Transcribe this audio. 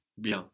Bien